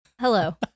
Hello